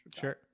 Sure